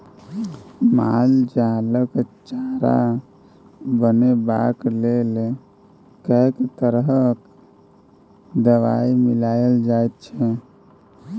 माल जालक चारा बनेबाक लेल कैक तरह दवाई मिलाएल जाइत छै